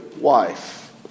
wife